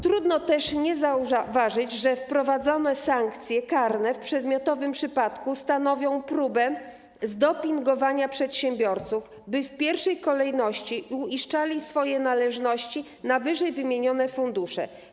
Trudno też nie zauważyć, że wprowadzone sankcje karne w przedmiotowym przypadku stanowią próbę zdopingowania przedsiębiorców, by w pierwszej kolejności uiszczali swoje należności na ww. fundusze.